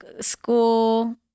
school